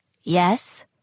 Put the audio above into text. Yes